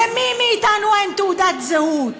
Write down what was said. למי מאתנו אין תעודת זהות?